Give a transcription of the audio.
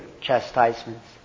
chastisements